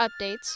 updates